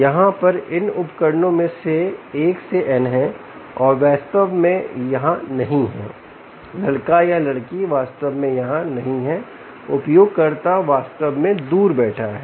यहां पर इन उपकरणों में से 1 से n हैं और वह वास्तव में यहाँ नहीं है लड़का या लड़की वास्तव में यहाँ नहीं है उपयोगकर्ता वास्तव में दूर बैठा है